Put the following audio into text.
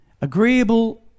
Agreeable